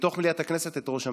בתוך מליאת הכנסת את ראש הממשלה.